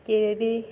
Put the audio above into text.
କବେ ବି